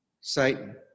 Satan